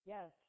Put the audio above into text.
Yes